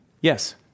Yes